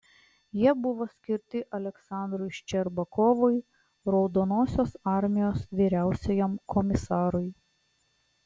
jie buvo skirti aleksandrui ščerbakovui raudonosios armijos vyriausiajam komisarui